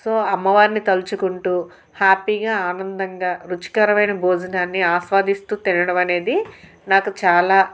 so అమ్మవారిని తలుచుకుంటూ హ్యాపీగా ఆనందంగా రుచికరమైన భోజనాన్ని ఆస్వాదిస్తూ తినడం అనేది నాకు చాలా